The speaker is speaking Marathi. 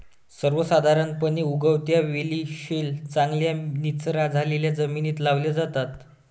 सर्वसाधारणपणे, उगवत्या वेली सैल, चांगल्या निचरा झालेल्या जमिनीत लावल्या जातात